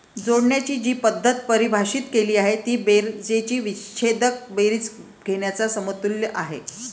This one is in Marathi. जोडण्याची जी पद्धत परिभाषित केली आहे ती बेरजेची विच्छेदक बेरीज घेण्याच्या समतुल्य आहे